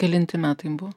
kelinti metai buvo